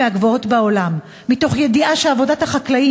ערכי האדמה ועבודתה,